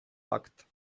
факт